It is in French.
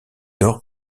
d’or